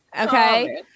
Okay